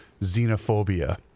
xenophobia